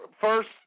first